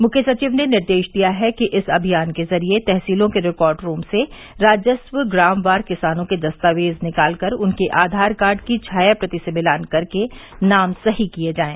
मुख्य सचिव ने निर्देश दिया है कि इस अभियान के ज़रिये तहसीलों के रिकार्ड रूम से राजस्व ग्रामवार किसानों के दस्तावेज़ निकाल कर उनके आधार कार्ड की छायाप्रति से मिलान कर के नाम सही किये जायें